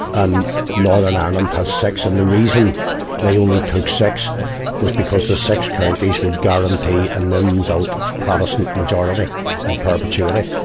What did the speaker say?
and northern ireland has six. and the reason they only took six was because the six counties would guarantee an in-built protestant majority in and perpetuity.